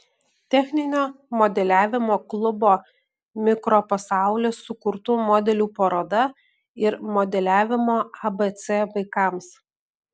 techninio modeliavimo klubo mikropasaulis sukurtų modelių paroda ir modeliavimo abc vaikams